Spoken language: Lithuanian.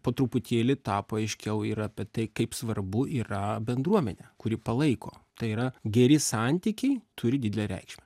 po truputėlį tapo aiškiau ir apie tai kaip svarbu yra bendruomenė kuri palaiko tai yra geri santykiai turi didelę reikšmę